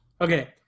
Okay